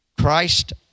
Christ